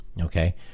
Okay